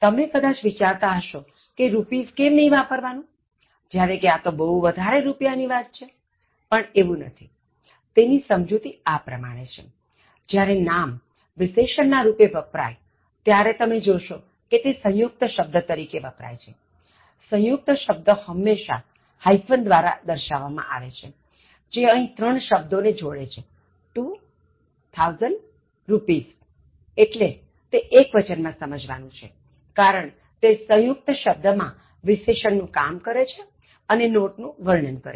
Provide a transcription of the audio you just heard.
તમે કદાચ વિચારતા હશો કે rupees કેમ નહિ વાપરવાનુંજ્યારે કે આ તો બહુ વધારે રુપિયા ની વાત છે પણ એવું નથી તેની સમજુતિ આ પ્રમાણે છે જ્યારે નામ વિશેષણ ના રુપે વપરાય ત્યારે તમે જોશો કે તે સંયુક્ત શબ્દ તરીકે વપરાય છેસંયુક્ત શબ્દ હંમેશા hyphen દ્વારા દર્શાવવા માં આવે છે જે અહીં ત્રણ શબ્દો ને જોડે છે two thousand rupees એટલે તે એક્વચન માં સમજવાનું છેકારણ તે સંયુક્ત શબ્દ માં વિશેષણ નું કામ કરે છેઅને નોટ નું વર્ણન કરે છે